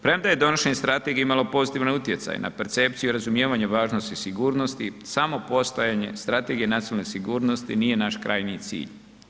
Premda je donošenje strategije imalo pozitivne utjecaje na percepciju i razumijevanje važnosti i sigurnosti, samo postojanje strategije nacionalne sigurnosti nije naš krajnji cilj.